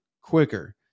quicker